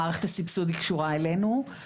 המערכת הסבסוד היא קשורה אלינו,